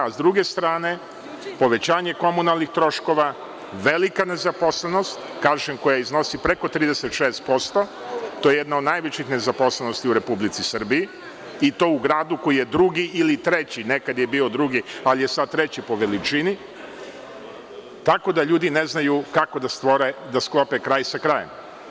S druge strane, povećanje komunalnih troškova, velika nezaposlenost, kažem, koja iznosi preko 36%, to je jedna od najvećih nezaposlenosti u Republici Srbiji, i to u gradu koji je drugi ili treći, nekad je bio drugi, ali je sada treći po veličini, tako da ljudi ne znaju kako da sklope kraj sa krajem.